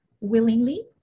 willingly